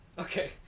Okay